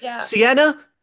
Sienna